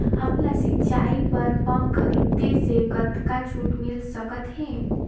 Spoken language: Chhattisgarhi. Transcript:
हमन ला सिंचाई बर पंप खरीदे से कतका छूट मिल सकत हे?